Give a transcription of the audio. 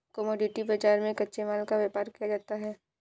commodity बाजार में कच्चे माल का व्यापार किया जाता है